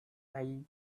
eye